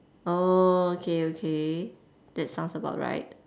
oh okay okay that sounds about right